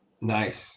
Nice